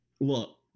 Look